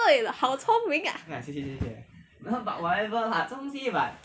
为了好聪明啊